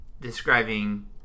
describing